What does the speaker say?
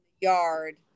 yard